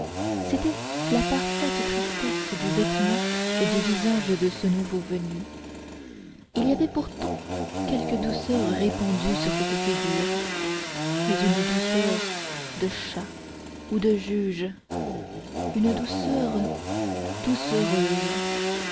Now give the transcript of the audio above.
c'était la parfaite tristesse du vêtement et du visage de ce nouveau venu il y avait pourtant quelque douceur répandue sur cette figure mais une douceur de chat ou de juge une douceur